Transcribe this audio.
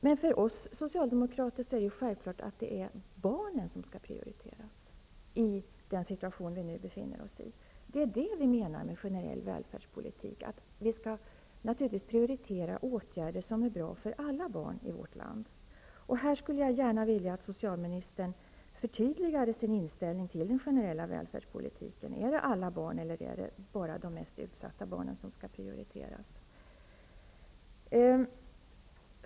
Men för oss socialdemokrater är det självklart att det är barnen som skall prioriteras i den situation vi nu befinner oss i. Det är det vi menar med generell välfärdspolitik. Vi skall naturligtvis prioritera åtgärder som är bra för alla barn i vårt land. Jag skulle gärna vilja att socialministern förtydligade sin inställning till den generella välfärdspolitiken. Är det alla barn eller är det bara de mest utsatta barnen som skall prioriteras?